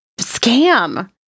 scam